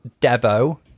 devo